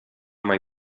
mai